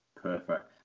Perfect